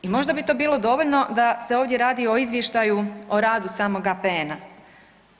I možda bi to bilo dovoljno da se ovdje radi o izvještaju o radu samoga APN-a.